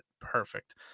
Perfect